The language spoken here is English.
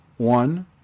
One